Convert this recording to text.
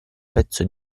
pezzo